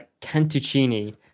cantuccini